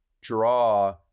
draw